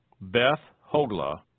Beth-Hogla